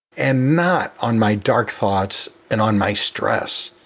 and not on my dark thoughts and on my stress.